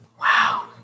wow